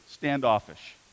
standoffish